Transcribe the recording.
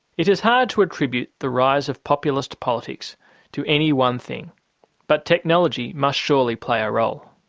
it is hard to attribute the rise of populist politics to any one thing but technology must surely play a role.